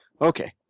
Okay